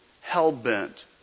hell-bent